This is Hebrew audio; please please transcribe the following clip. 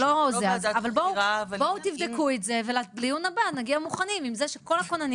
אבל בואו תבדקו את זה ולדיון הבא נגיע מוכנים עם זה שכל הכוננים